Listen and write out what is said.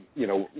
you know,